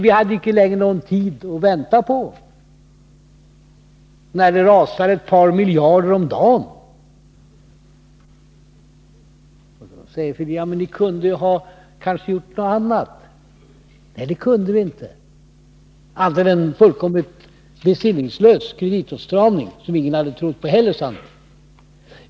Vi hade icke längre någon tid att vänta, när ett par miljarder om dagen rasade ut ur landet. Då säger Thorbjörn Fälldin: Men ni kunde kanske ha gjort någonting annat. Nej, det kunde vi inte — annat än vidta en fullkomligt besinningslös kreditåtstramning, som sannolikt ingen heller hade trott på.